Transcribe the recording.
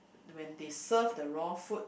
when they serve the raw food